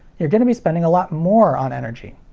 you're gonna be spending a lot more on energy.